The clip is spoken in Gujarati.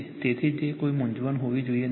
તેથી તે કોઈ મૂંઝવણ હોવી જોઈએ નહીં